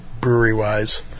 brewery-wise